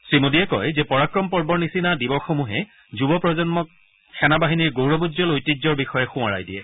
শ্ৰীমোদীয়ে কয় যে পৰাক্ৰম পৰ্বৰ নিচিনা দিৱসসমূহে যুৱ প্ৰজসন্মক সেনা বাহিনীৰ গৌৰৱোজ্বল ঐতিয্যৰ বিষয়ে সোঁৱৰাই দিয়ে